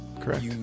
Correct